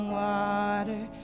water